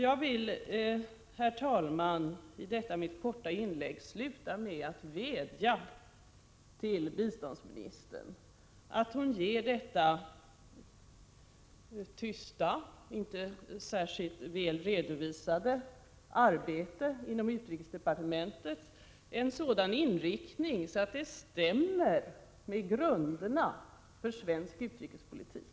Jag vill, herr talman, sluta detta mitt korta inlägg med att vädja till biståndsministern att hon ger detta tysta, inte särskilt väl redovisade arbete inom utrikesdepartementet en sådan inriktning att det stämmer med grunderna för svensk utrikespolitik.